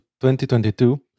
2022